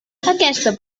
aquesta